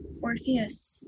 Orpheus